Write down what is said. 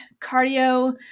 Cardio